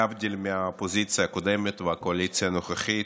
להבדיל מהאופוזיציה הקודמת והקואליציה הנוכחית,